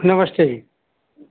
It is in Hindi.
नमस्ते